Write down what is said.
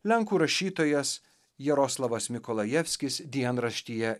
lenkų rašytojas jaroslavas mikolajevskis dienraštyje